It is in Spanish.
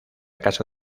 casa